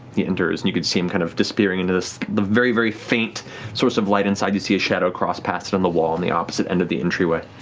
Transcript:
enters and you can see him kind of disappearing into the the very very faint source of light. inside, you see a shadow cross paths and on the wall on the opposite end of the entryway.